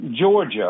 Georgia